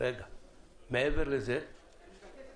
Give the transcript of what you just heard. בתקנת משנה זו,